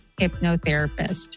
hypnotherapist